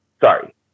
sorry